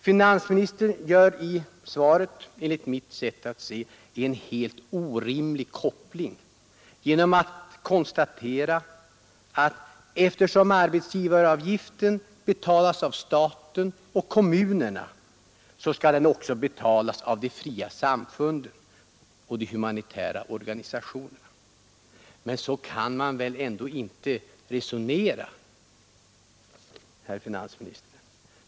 Finansministern gör i svaret enligt mitt sätt att se en helt orimlig koppling genom att konstatera, att eftersom arbetsgivaravgiften betalas av staten och kommunerna, så skall den också betalas av de fria samfunden och de humanitära organisationerna. Men så kan man väl ändå inte resonera, herr finansminister!